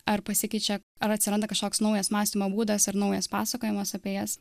ar pasikeičia ar atsiranda kažkoks naujas mąstymo būdas ar naujas pasakojimas apie jas